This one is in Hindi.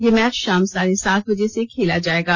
यह मैच शाम साढ़े सात बजे से खेला जाएगा